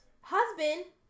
Husband